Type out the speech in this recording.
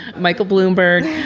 michael bloomberg.